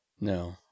No